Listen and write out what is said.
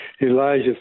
Elijah